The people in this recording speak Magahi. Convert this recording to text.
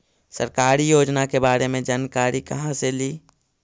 सरकारी योजना के बारे मे जानकारी कहा से ली?